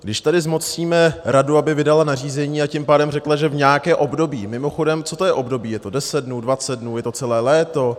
Když tady zmocníme radu, aby vydala nařízení, a tím pádem řekla, že v nějakém období mimochodem, co to je období, je to deset dnů, dvacet dnů, je to celé léto?